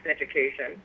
education